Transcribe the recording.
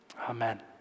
Amen